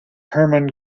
hermann